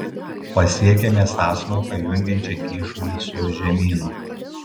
pasiekėme sąsmauką jungiančią kyšulį su žemynu